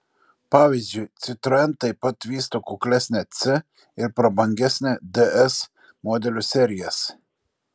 pavyzdžiui citroen taip pat vysto kuklesnę c ir prabangesnę ds modelių serijas